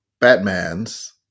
Batman's